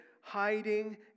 hiding